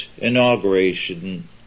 inauguration